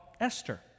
Esther